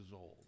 old